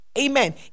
Amen